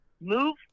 move